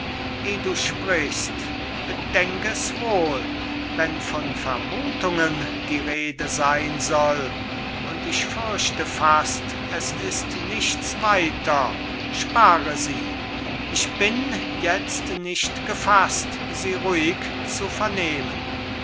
eh du sprichst bedenk es wohl wenn von vermutungen die rede sein soll und ich fürchte fast es ist nichts weiter spare sie ich bin jetzt nicht gefaßt sie ruhig zu vernehmen